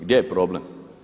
Gdje je problem?